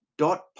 dot